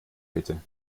bitte